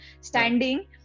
standing